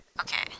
Okay